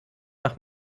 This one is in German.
nach